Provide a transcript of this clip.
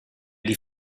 die